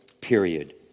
period